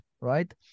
right